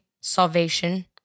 salvation